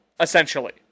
Essentially